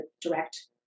direct